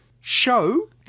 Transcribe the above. show